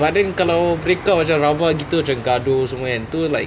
but then kalau break up macam rabak kita macam gaduh semua kan tu like